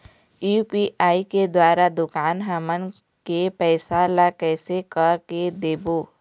UPI के द्वारा दुकान हमन के पैसा ला कैसे कर के देबो?